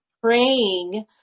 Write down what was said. praying